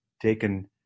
taken